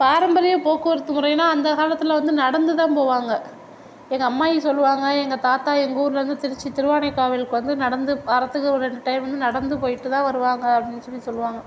பாரம்பரிய போக்குவரத்து முறையினால் அந்த காலத்தில் வந்து நடந்துதான் போவாங்க எங்கள் அம்மாயி சொல்லுவாங்க எங்கள் தாத்தா எங்கள் ஊரில் இருந்து திருச்சி திருவானை காவேரிக்கு வந்து நடந்து வரத்துக்கு ஒரு ரெண்டு டைம் வந்து நடந்து போய்விட்டுதான் வருவாங்க அப்படின்னு சொல்லி சொல்வாங்க